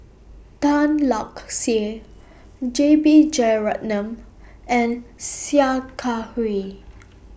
Tan Lark Sye J B Jeyaretnam and Sia Kah Hui